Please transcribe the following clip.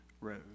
road